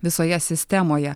visoje sistemoje